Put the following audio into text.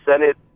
Senate